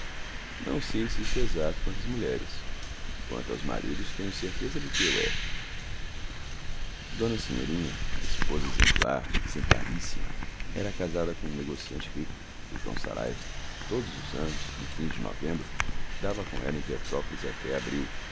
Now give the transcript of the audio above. não sei se é isso exato quanto às mulheres quanto aos maridos tenho certeza de que o é d senhorinha esposa exemplar exemplaríssima era casada com um negociante rico o joão saraiva que todos os anos em fins de novembro dava com ela em petrópolis até abril